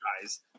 guys